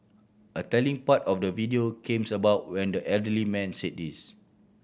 a telling part of the video came about when the elderly man said this